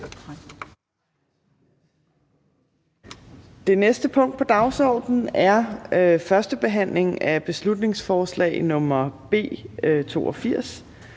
Det næste punkt på dagsordenen er: 28) 1. behandling af beslutningsforslag nr.